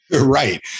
Right